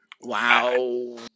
Wow